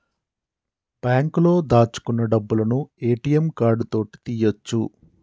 బాంకులో దాచుకున్న డబ్బులను ఏ.టి.యం కార్డు తోటి తీయ్యొచు